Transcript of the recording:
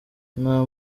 nta